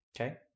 Okay